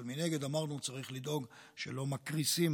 אבל מנגד אמרנו שצריך לדאוג שלא מקריסים